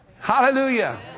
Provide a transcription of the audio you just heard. Hallelujah